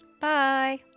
Bye